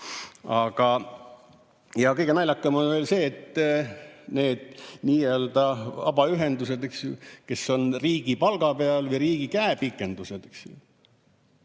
Aga kõige naljakam on see, et need nii-öelda vabaühendused, kes on riigi palga peal ja riigi käepikendused,